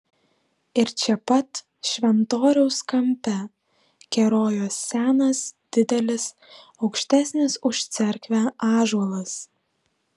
ir čia pat šventoriaus kampe kerojo senas didelis aukštesnis už cerkvę ąžuolas